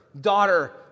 Daughter